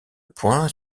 point